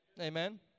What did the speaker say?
Amen